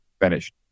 finished